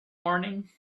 morning